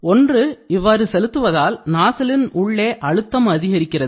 ஒன்று இவ்வாறு செலுத்துவதால் நாசிலின் உள்ளே அழுத்தம் அதிகரிக்கிறது